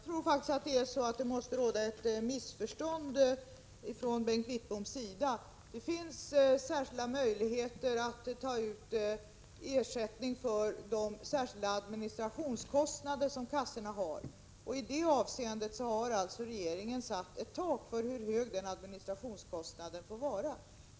Fru talman! Jag tror faktiskt att det måste föreligga ett missförstånd från Bengt Wittboms sida. Det finns möjligheter att ta ut ersättning för de särskilda administrationskostnader som A-kassorna har. Regeringen har satt ett tak för hur hög den administrationskostnaden får vara.